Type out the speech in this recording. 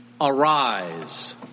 Arise